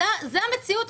זו המציאות.